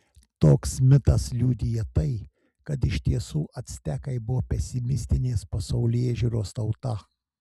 toks mitas liudija tai kad iš tiesų actekai buvo pesimistinės pasaulėžiūros tauta